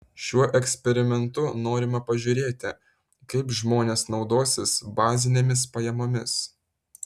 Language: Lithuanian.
šiuo eksperimentu norima pažiūrėti kaip žmonės naudosis bazinėmis pajamomis